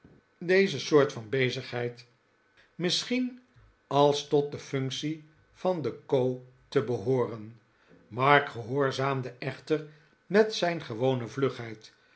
deze soort bezigheid misschien als tot de functie van den co te behooren mark gehoorzaamde echter met zijn gewone vlugheid